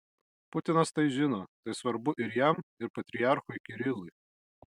putinas tai žino tai svarbu ir jam ir patriarchui kirilui